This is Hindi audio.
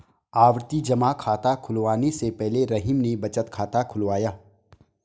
आवर्ती जमा खाता खुलवाने से पहले रहीम ने बचत खाता खुलवाया